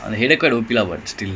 dey ஏன்:yaen dah ah